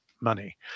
money